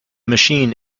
machine